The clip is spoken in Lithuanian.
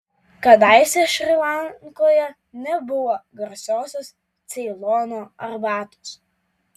kadaise šri lankoje nebuvo garsiosios ceilono arbatos